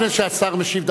לפני שהשר משיב,